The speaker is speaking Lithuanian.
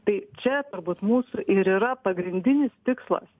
tai čia turbūt mūsų ir yra pagrindinis tikslas